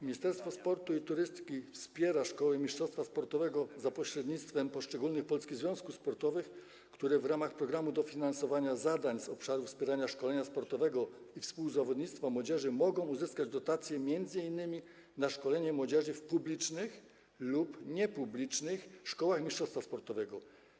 Ministerstwo Sportu i Turystyki wspiera szkoły mistrzostwa sportowego za pośrednictwem poszczególnych polskich związków sportowych, które w ramach „Programu dofinansowania zadań z obszarów wspierania szkolenia sportowego i współzawodnictwa młodzieży” mogą uzyskać dotację m.in. na szkolenie młodzieży w publicznych lub niepublicznych szkołach mistrzostwa sportowego.